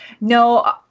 No